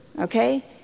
okay